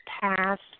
passed